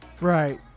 Right